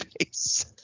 face